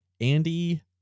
Andy